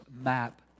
map